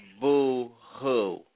boo-hoo